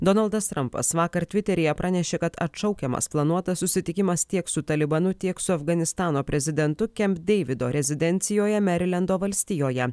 donaldas trampas vakar tviteryje pranešė kad atšaukiamas planuotas susitikimas tiek su talibanu tiek su afganistano prezidentu kemp deivido rezidencijoje merilendo valstijoje